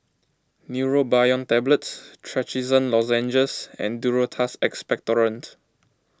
Neurobion Tablets Trachisan Lozenges and Duro Tuss Expectorant